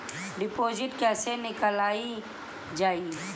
Deposit कैसे निकालल जाइ?